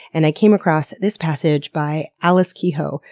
and i came across this passage by alice kehoe,